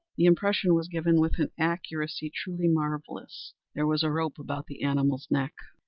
the impression was given with an accuracy truly marvellous. there was a rope about the animal's neck.